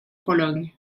pologne